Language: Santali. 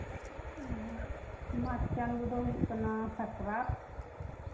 ᱟᱨ ᱢᱟᱜᱽ ᱪᱟᱸᱫᱳ ᱫᱚ ᱦᱩᱭᱩᱜ ᱠᱟᱱᱟ ᱥᱟᱠᱨᱟᱛ